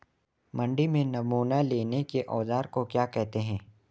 मंडी में नमूना लेने के औज़ार को क्या कहते हैं?